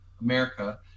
America